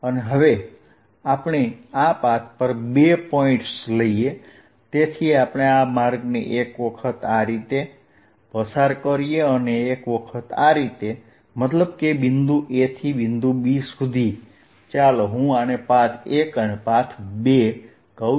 ચાલો આપણે આ પાથ પર બે પોઈન્ટ્સ લઈએ તેથી આપણે આ માર્ગને એક વખત આ રીતે પસાર કરીએ અને એક વખત આ રીતે મતલબ કે બિંદુ A થી બિંદુ B સુધી ચાલો હું આને પાથ 1 અને આને પાથ 2 કહું છું